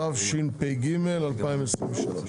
התשפ"ג-2023.